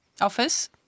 office